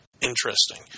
Interesting